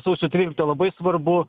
sausio trylikta labai svarbu